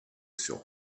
sur